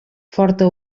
forta